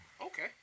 Okay